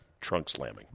trunk-slamming